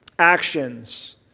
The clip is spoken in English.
actions